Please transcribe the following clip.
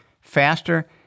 faster